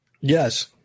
yes